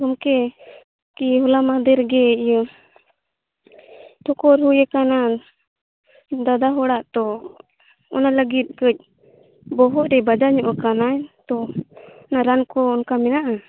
ᱜᱚᱢᱠᱮ ᱠᱤᱭᱟᱹ ᱦᱚᱞᱟ ᱢᱟᱫᱷᱮᱨ ᱜᱮ ᱤᱭᱟᱹ ᱴᱷᱚᱠᱚᱨ ᱦᱩᱭ ᱟᱠᱟᱱᱟ ᱫᱟᱫᱟ ᱦᱚᱲᱟᱜ ᱛᱚ ᱚᱱᱟ ᱞᱟᱹᱜᱤᱫ ᱠᱟᱹᱡ ᱵᱚᱦᱚᱜ ᱨᱮᱭ ᱵᱟᱡᱟᱣ ᱧᱚᱜ ᱟᱠᱟᱱᱟᱭ ᱛᱚ ᱨᱟᱱ ᱠᱚ ᱚᱱᱠᱟ ᱢᱮᱱᱟᱜᱼᱟ